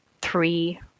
three